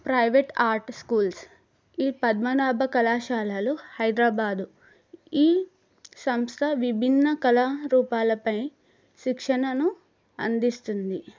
private art schools ఈ పద్మనాభ కళాశాలలు హైదరాబాదు ఈ సంస్థ విభిన్న కళారూపాలపై శిక్షణను అందిస్తుంది